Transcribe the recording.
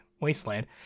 wasteland